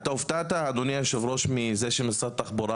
אתה הופתעת אדוני יושב הראש מזה שמשרד התחבורה